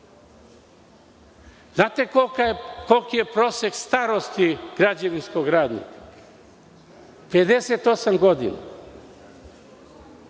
znate koliki je prosek starosti građevinskog radnika? Prosek